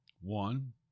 One